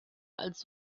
als